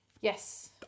Yes